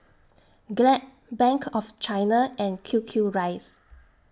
Glad Bank of China and Q Q Rice